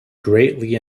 greatly